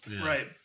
Right